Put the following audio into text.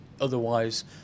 otherwise